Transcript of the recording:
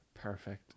Perfect